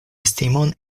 estimon